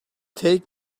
take